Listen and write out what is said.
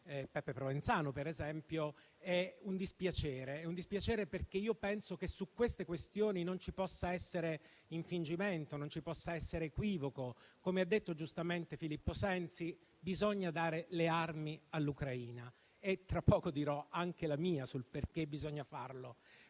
Peppe Provenzano per esempio, è un dispiacere. Penso che su queste questioni non ci possa essere infingimento e non ci possa essere equivoco. Come ha detto giustamente Filippo Sensi, bisogna dare le armi all'Ucraina; e tra poco dirò anche la mia sul perché bisogna farlo.